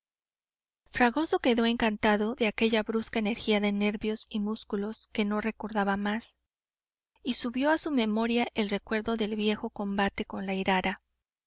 fragoso quedó encantado de aquella brusca energía de nervios y músculos que no recordaba más y subió a su memoria el recuerdo del viejo combate con la irara